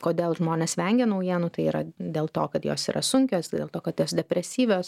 kodėl žmonės vengia naujienų tai yra dėl to kad jos yra sunkios tai dėl to kad jos depresyvios